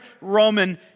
Roman